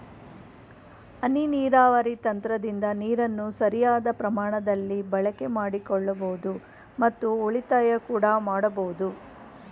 ಹನಿ ನೀರಾವರಿ ತಂತ್ರದಿಂದ ನೀರನ್ನು ಸರಿಯಾದ ಪ್ರಮಾಣದಲ್ಲಿ ಬಳಕೆ ಮಾಡಿಕೊಳ್ಳಬೋದು ಮತ್ತು ಉಳಿತಾಯ ಕೂಡ ಮಾಡಬೋದು